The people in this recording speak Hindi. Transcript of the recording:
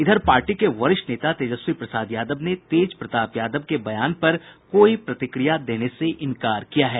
इधर पार्टी के वरिष्ठ नेता तेजस्वी प्रसाद यादव ने तेज प्रताप यादव के बयान पर कोई प्रतिक्रिया देने से इंकार किया है